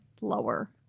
lower